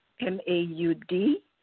M-A-U-D